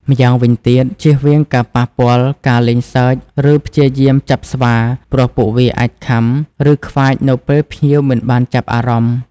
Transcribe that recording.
ម្យ៉ាងវិញទៀត ជៀសវាងការប៉ះពាល់ ការលេងសើច ឬព្យាយាមចាប់ស្វា ព្រោះពួកវាអាចខាំ ឬខ្វាចនៅពេលភ្ញៀវមិនបានចាប់អារម្មណ៍។